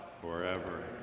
forever